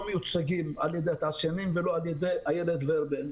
מיוצגים על-ידי התעשיינים ולא על-ידי איילת ורבין.